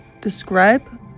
describe